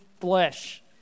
Flesh